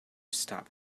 stop